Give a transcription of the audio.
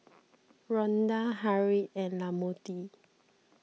Rhonda Harriet and Lamonte